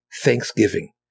Thanksgiving